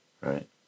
right